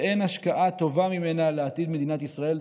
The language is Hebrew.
ואין השקעה טובה ממנה לעתיד מדינת ישראל.